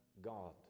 God